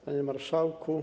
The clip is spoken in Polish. Panie Marszałku!